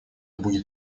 будет